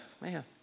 man